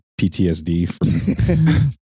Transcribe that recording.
PTSD